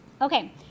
Okay